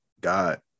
God